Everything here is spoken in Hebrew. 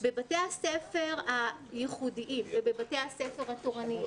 בבתי הספר הייחודיים ובבתי הספר התורניים